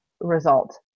result